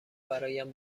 برایم